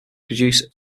produce